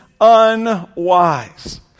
unwise